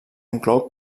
inclou